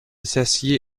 s’assied